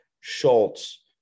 Schultz